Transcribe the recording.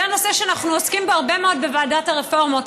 זה נושא שאנחנו עוסקים בו הרבה מאוד בוועדת הרפורמות,